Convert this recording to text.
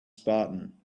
spartan